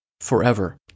forever